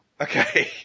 Okay